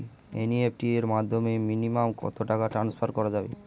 NEFT এর মাধ্যমে minimum কত টাকা টান্সফার করা যাবে?